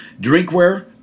drinkware